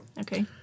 Okay